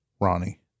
Ronnie